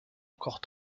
encore